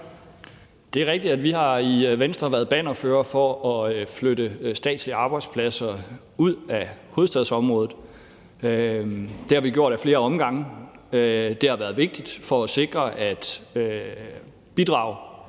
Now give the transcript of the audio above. Det er rigtigt, at vi i Venstre har været bannerfører for at flytte statslige arbejdspladser ud af hovedstadsområdet. Det har vi gjort ad flere omgange. Det har været vigtigt for at sikre, at statslige